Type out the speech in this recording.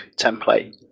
template